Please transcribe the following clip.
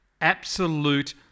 absolute